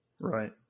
Right